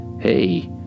hey